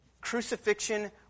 Crucifixion